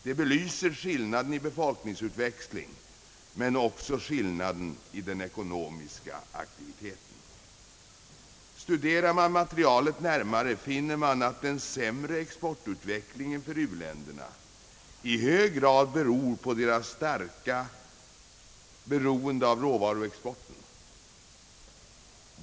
Det belyser skillnaden i befolkningsutveckling, men också skillnaden i den ekonomiska aktiviteten. Studerar man materialet närmare, finner man att den sämre exportutvecklingen för u-länderna i hög grad beror på deras starka beroende av råvaruexporten.